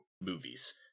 movies